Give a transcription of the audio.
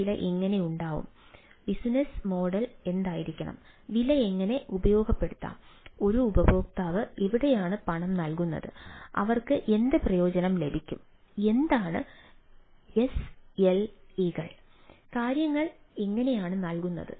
ഈ വില എങ്ങനെ ഉണ്ടാകും ബിസിനസ്സ് മോഡൽ എന്തായിരിക്കണം വില എങ്ങനെ ഉപയോഗപ്പെടുത്താം ഒരു ഉപയോക്താവ് എവിടെയാണ് പണം നൽകുന്നത് അവർക്ക് എന്ത് പ്രയോജനം ലഭിക്കും എന്താണ് എസ്എൽഎകൾ കാര്യങ്ങൾ എങ്ങനെയാണ് നൽകുന്നത്